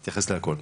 תודה.